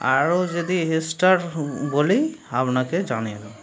আরো যদি এক্সট্রা বলি আপনাকে জানিয়ে দেবো